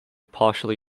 partially